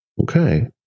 Okay